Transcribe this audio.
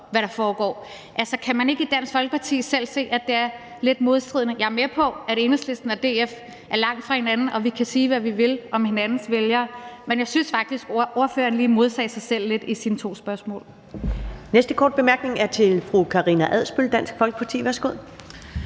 hvad der foregår. Altså, kan man ikke i Dansk Folkeparti selv se, at det er lidt modstridende? Jeg er med på, at Enhedslisten og DF er langt fra hinanden og vi kan sige, hvad vi vil om hinandens vælgere, men jeg synes faktisk, at ordføreren lige modsagde sig selv lidt i sine to spørgsmål. Kl. 15:15 Første næstformand (Karen Ellemann): Næste korte bemærkning er fra fru Karina Adsbøl, Dansk Folkeparti. Værsgo.